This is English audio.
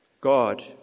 God